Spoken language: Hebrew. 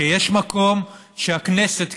שיש מקום שהכנסת,